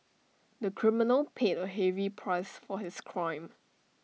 the criminal paid A heavy price for his crime